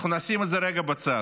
נשים את זה רגע בצד.